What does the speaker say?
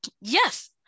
yes